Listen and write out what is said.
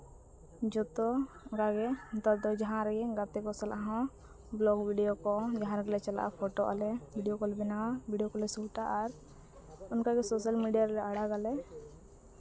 ᱡᱚᱛᱚ ᱚᱱᱠᱟ ᱜᱮ ᱱᱮᱛᱟᱨ ᱫᱚ ᱡᱟᱦᱟᱸ ᱨᱮᱜᱮ ᱜᱟᱛᱮ ᱠᱚ ᱥᱟᱞᱟᱜ ᱦᱚᱸ ᱵᱞᱚᱜ ᱵᱷᱤᱰᱤᱭᱳ ᱠᱚ ᱡᱟᱦᱟᱸ ᱨᱮᱜᱮᱞᱮ ᱪᱟᱞᱟᱜᱼᱟ ᱯᱷᱳᱴᱳᱜ ᱟᱞᱮ ᱵᱷᱤᱰᱤᱭᱳ ᱠᱚᱞᱮ ᱵᱮᱱᱟᱣᱟ ᱵᱷᱤᱰᱤᱭᱳ ᱠᱚᱞᱮ ᱥᱩᱴᱼᱟ ᱟᱨ ᱚᱱᱠᱟᱜᱮ ᱥᱳᱥᱟᱞ ᱢᱤᱰᱤᱭᱟ ᱨᱮᱞᱮ ᱟᱲᱟᱜᱟᱞᱮ